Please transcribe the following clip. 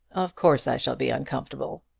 of course i shall be uncomfortable.